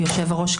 יושב-הראש,